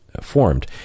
formed